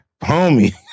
homie